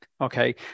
okay